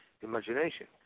imagination